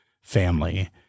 family